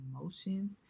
emotions